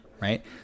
right